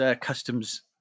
customs